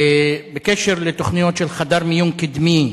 בקשר לתוכניות של חדר מיון קדמי,